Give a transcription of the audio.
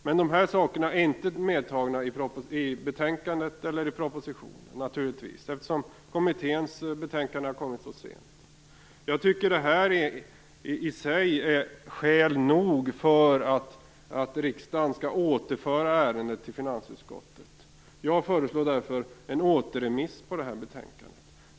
Men dessa saker är inte medtagna i vare sig propositionen eller betänkandet, naturligtvis, eftersom kommitténs betänkande kom så sent. Jag tycker att det här i sig är skäl nog för att riksdagen skall återföra ärendet till finansutskottet. Jag föreslår därför återremiss på det här betänkandet.